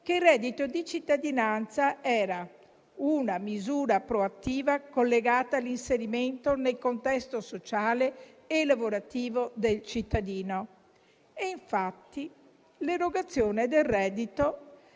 che il reddito di cittadinanza era una misura proattiva collegata all'inserimento nel contesto sociale e lavorativo del cittadino. Infatti, l'erogazione del reddito